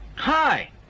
Hi